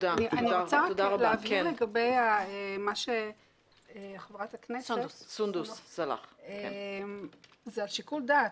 אני רוצה להבהיר לגבי מה שחברת הכנסת סונדוס סאלח זה שיקול הדעת.